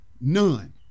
None